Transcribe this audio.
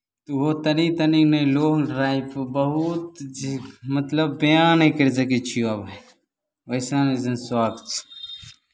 तऽ ओहो तनी तनी नहि लॉंग ड्राइव बहुत जे मतलब बयाँ नहि करि सकै छियह भाय ओहिसन ओहिसन शौख छह